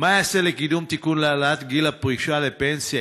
2. מה ייעשה לקידום תיקון של העלאת גיל הפרישה לפנסיה?